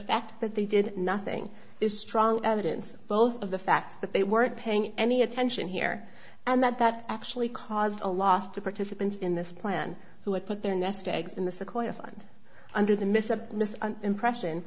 fact that they did nothing is strong evidence both of the fact that they weren't paying any attention here and that that actually caused a loss to participants in this plan who had put their nest eggs in the sequoia fund under the